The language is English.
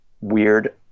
weird